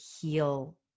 heal